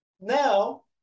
now